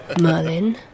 Merlin